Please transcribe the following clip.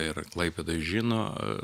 ir klaipėdoj žino